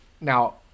Now